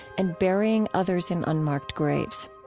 and burying others in unmarked graves.